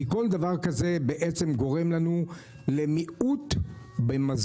כי כל דבר כזה גורם לנו למיעוט במזון.